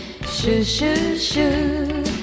Shoo-shoo-shoo